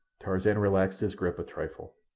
tarzan relaxed his grip a trifle.